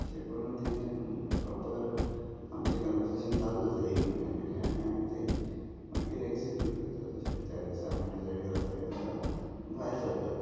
अशें करून तें प्रोपर आमचें कनवर्सेशन चालू जाता एक म्हयन्या पयलीं आनी आमी तें मागीर ऍक्जॅक्यूट करतात अशें त्या दिसा आमी डिसायड केलां त्या दिसा भायर सरता